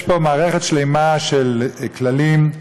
יש פה מערכת שלמה של כללים,